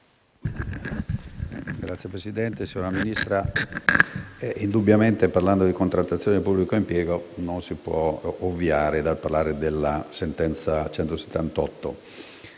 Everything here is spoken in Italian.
DIVINA *(LN-Aut)*. Signora Ministra, indubbiamente, parlando di contrattazione del pubblico impiego, non si può ovviare dal parlare della sentenza n.